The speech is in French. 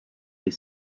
des